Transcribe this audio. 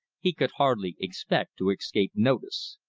he could hardly expect to escape notice.